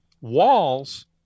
walls